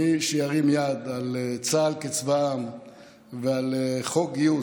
מי שירים יד על צה"ל כצבא ועל חוק גיוס,